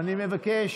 אני מבקש.